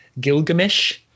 Gilgamesh